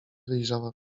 wyjrzała